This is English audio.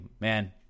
man